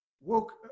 woke